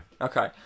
okay